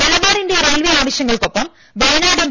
മലബാറിന്റെ റെയിൽവേ ആവശ്യങ്ങൾക്കൊപ്പം വയനാട് എം